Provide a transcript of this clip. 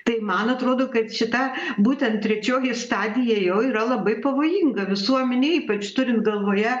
tai man atrodo kad šita būtent trečioji stadija jau yra labai pavojinga visuomenei ypač turint galvoje